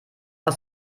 aus